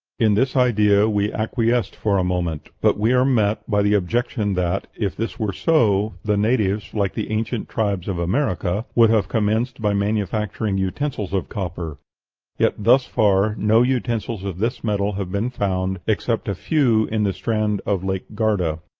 in this idea we acquiesced for a moment. but we are met by the objection that, if this were so, the natives, like the ancient tribes of america, would have commenced by manufacturing utensils of copper yet thus far no utensils of this metal have been found except a few in the strand of lake garda.